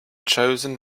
chosen